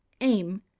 Aim